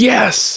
Yes